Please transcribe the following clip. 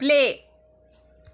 play